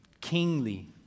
kingly